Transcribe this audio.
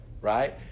right